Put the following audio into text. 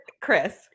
Chris